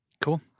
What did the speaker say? Cool